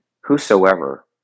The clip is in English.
whosoever